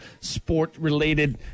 sport-related